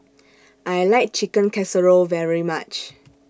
I like Chicken Casserole very much